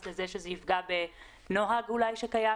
לזה שזה יפגע באיזה שהוא נוהג שאולי קיים.